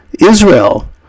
Israel